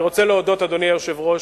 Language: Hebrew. אני רוצה להודות, אדוני היושב-ראש,